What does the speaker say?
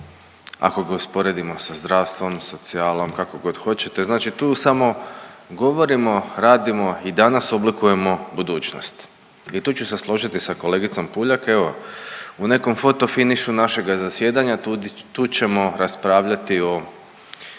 ako ga usporedimo sa zdravstvom, socijalom, kako god hoćete. Znači tu samo govorimo, radimo i danas oblikujemo budućnost. I tu ću se složiti sa kolegicom Puljak. Evo u nekom foto finišu našega zasjedanja tu ćemo raspravljati o